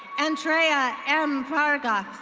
andrea m vargas.